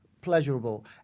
pleasurable